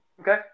Okay